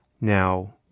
Now